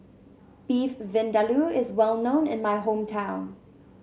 Beef Vindaloo is well known in my hometown